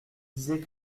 disait